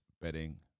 betting